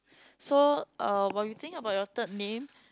so uh while you think about your third name